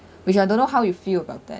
which I don't know how you feel about that